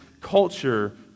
culture